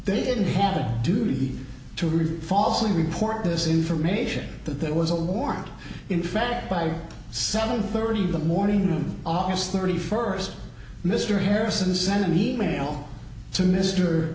they didn't have a duty to read falsely report this information that there was a warrant in fact by seven thirty in the morning room august thirty first mr harrison sent an e mail to mr